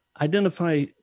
identify